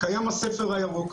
קיים הספר הירוק.